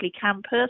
campus